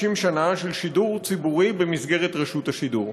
שנה של שידור ציבורי במסגרת רשות השידור.